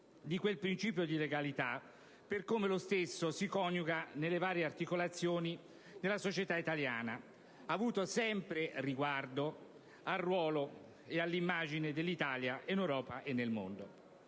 di quel principio di legalità, per come lo stesso si coniuga nelle varie articolazioni nella società italiana, avuto sempre riguardo al ruolo e all'immagine dell'Italia in Europa e nel mondo.